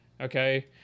Okay